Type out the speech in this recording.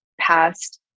past